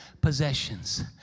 possessions